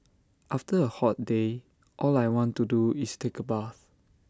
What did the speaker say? after A hot day all I want to do is take A bath